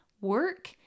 work